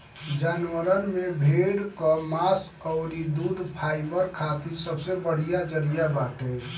जानवरन में भेड़ कअ मांस अउरी दूध फाइबर खातिर सबसे बढ़िया जरिया बाटे